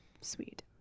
Sweet